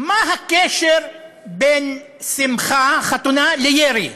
מה הקשר בין שמחה, חתונה, לירי?